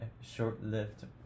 short-lived